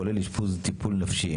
כולל אשפוז או טיפול נפשי.